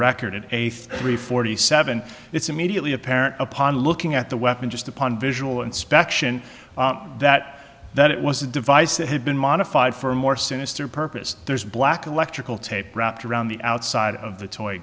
three forty seven it's immediately apparent upon looking at the weapon just upon visual inspection that that it was a device that had been modified for a more sinister purpose there's black electrical tape wrapped around the outside of the toy